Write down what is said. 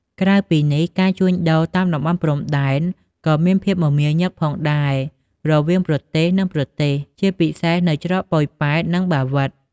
ក្រៅពីនេះការជួញដូរតាម តំបន់ព្រំដែន ក៏មានភាពមមាញឹកផងដែរ រវាងប្រទេសនិងប្រទេសជាពិសេសនៅច្រក ប៉ោយប៉ែត និងបាវិត ។